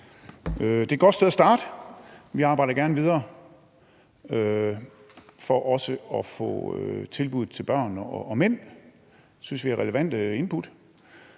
Det er et godt sted at starte, og vi arbejder gerne videre for også at få tilbuddet til børn og mænd. Det synes vi er relevante input.